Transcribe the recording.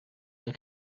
های